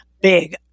big